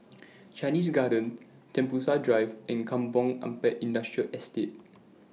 Chinese Garden Tembusu Drive and Kampong Ampat Industrial Estate